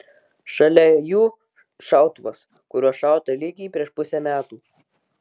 šalia jų šautuvas kuriuo šauta lygiai prieš pusę metų